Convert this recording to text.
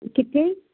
ਕਿੱਥੇ